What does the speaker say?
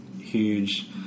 huge